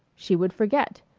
she would forget,